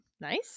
Nice